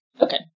Okay